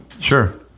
Sure